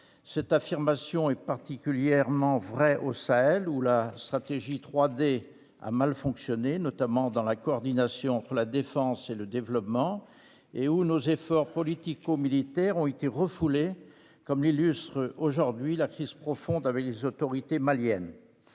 Cette affirmation est particulièrement vraie au Sahel, où la stratégie 3D- défense, diplomatie, développement -a mal fonctionné, notamment en matière de coordination entre la défense et le développement, et où nos efforts politico-militaires ont été refoulés, comme l'illustre aujourd'hui la crise profonde avec les autorités maliennes.